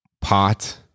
pot